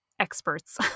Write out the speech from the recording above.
experts